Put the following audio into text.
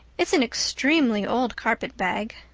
it's an extremely old carpet-bag.